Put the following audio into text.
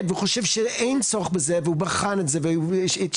וחושב שאין צורך בזה והוא בחן את זה והתייעץ.